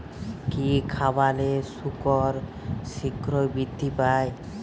কি খাবালে শুকর শিঘ্রই বৃদ্ধি পায়?